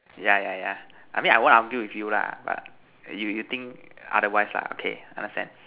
yeah yeah yeah I mean I won't argue with you lah but you you think otherwise lah okay understand